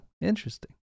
interesting